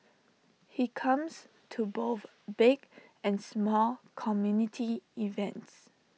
he comes to both big and small community events